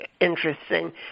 interesting